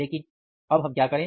लेकिन अब हम क्या करें